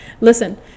listen